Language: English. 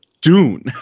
Dune